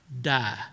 die